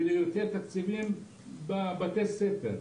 ולהביא יותר תקציבים לבתי הספר?